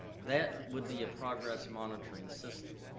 that would be a progress monitoring system.